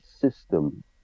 system